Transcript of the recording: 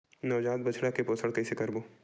नवजात बछड़ा के पोषण कइसे करबो?